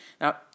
Now